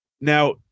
now